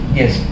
yes